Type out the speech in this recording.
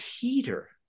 Peter